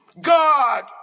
God